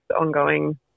ongoing